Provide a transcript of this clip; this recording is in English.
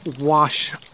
wash